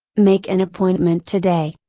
make an appointment today!